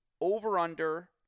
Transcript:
over-under